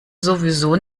sowieso